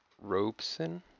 robson